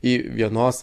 į vienos